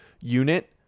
unit